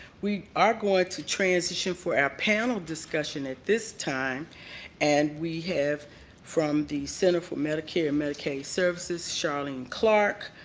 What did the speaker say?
we are going to transition for our panel discussion at this time and we have from the center for medicare medicaid services sharlene clark,